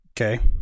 Okay